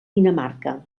dinamarca